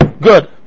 Good